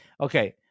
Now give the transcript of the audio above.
Okay